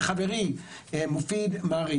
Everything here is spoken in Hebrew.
וחברי מרעי,